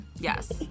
Yes